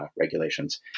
regulations